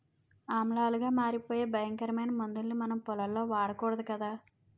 ఆమ్లాలుగా మారిపోయే భయంకరమైన మందుల్ని మనం పొలంలో వాడకూడదు కదా